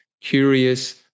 curious